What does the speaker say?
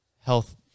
health